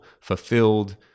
fulfilled